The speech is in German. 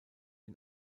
ihn